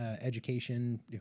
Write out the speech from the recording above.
education